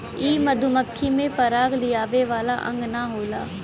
इ मधुमक्खी में पराग लियावे वाला अंग ना होला